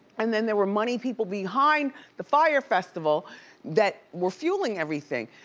and then there were money people behind the fyre festival that were fueling everything.